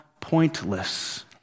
pointless